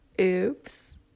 Oops